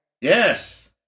Yes